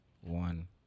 one